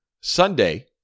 Sunday